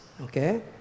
okay